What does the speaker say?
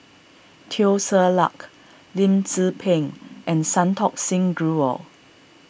Teo Ser Luck Lim Tze Peng and Santokh Singh Grewal